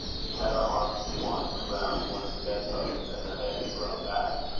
she had her arms twined round one of the bed-posts, and her head thrown back,